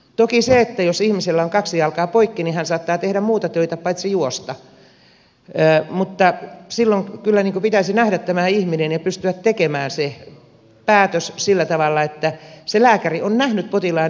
toki jos ihmisellä on kaksi jalkaa poikki niin hän saattaa tehdä muita töitä paitsi juosta mutta silloin kyllä pitäisi nähdä tämä ihminen ja pystyä tekemään se päätös sillä tavalla että se lääkäri joka potilaasta lausunnon kirjoittaa on nähnyt potilaan